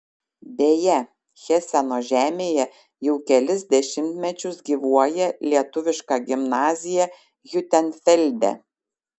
beje heseno žemėje jau kelis dešimtmečius gyvuoja lietuviška gimnazija hiutenfelde